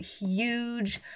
huge